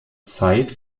zeit